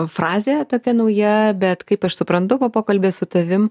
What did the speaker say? frazė tokia nauja bet kaip aš suprantu po pokalbio su tavim